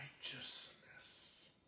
righteousness